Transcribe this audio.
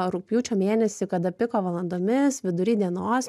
rugpjūčio mėnesį kada piko valandomis vidury dienos